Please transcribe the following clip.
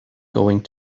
going